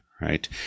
right